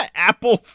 Apple